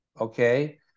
okay